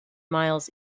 miles